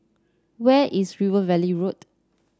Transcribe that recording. where is River Valley Road